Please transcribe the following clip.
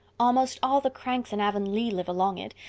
almost all the cranks in avonlea live along it,